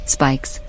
Spikes